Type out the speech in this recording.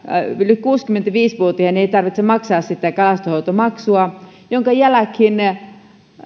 yli kuusikymmentäviisi vuotiaiden ei tarvitse maksaa sitä kalastonhoitomaksua minkä jälkeen